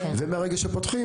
ומהרגע שפותחים,